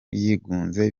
yigunze